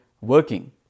working